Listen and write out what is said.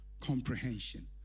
Comprehension